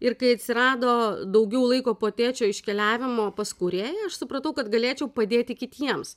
ir kai atsirado daugiau laiko po tėčio iškeliavimo pas kūrėją aš supratau kad galėčiau padėti kitiems